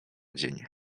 dzień